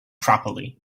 properly